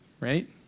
right